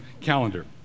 calendar